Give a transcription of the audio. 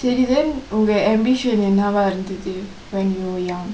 okay then உங்க:ungka ambition என்னவா இருந்தது:ennavaa irunthathu when you were youngk